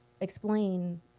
explain